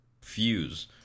Fuse